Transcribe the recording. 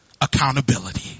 accountability